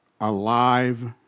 alive